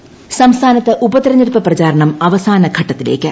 election general സംസ്ഥാനത്ത് ഉപതിരഞ്ഞെടുപ്പ് പ്രചാരണം അവസാനഘട്ടത്തിലേക്ക്